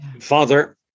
father